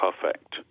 perfect